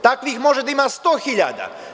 Takvih može da ima 100.000.